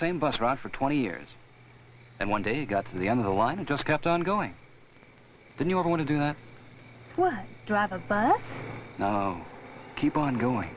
same bus ride for twenty years and one day got to the end of the line and just kept on going than you're going to do that driver but keep on going